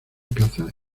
caza